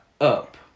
up